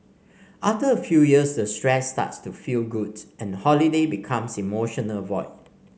after a few years the stress starts to feel good and holiday become emotional void